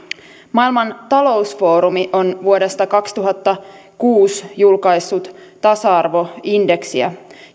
maailman talousfoorumi on vuodesta kaksituhattakuusi julkaissut tasa arvoindeksiä